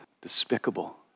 despicable